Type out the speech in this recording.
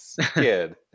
kid